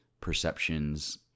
perceptions